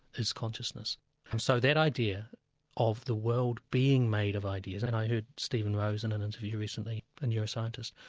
his consciousness. and so that idea of the world being made of ideas, and i heard steven rose in an interview recently, a neuroscientist,